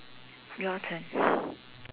your turn